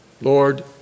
Lord